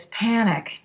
panic